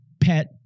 pet